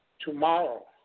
tomorrow